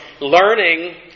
learning